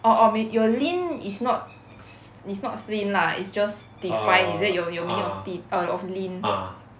orh orh may~ your lean is not s~ is not thin lah is just defined is it your your meaning of thin err of lean